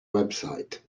website